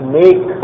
make